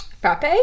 frappe